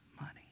money